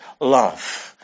love